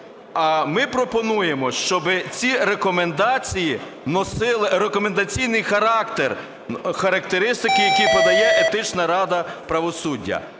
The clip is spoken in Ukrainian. А ми пропонуємо, щоби ці рекомендації носили рекомендаційний характер, характеристики, які подає Етична рада правосуддя.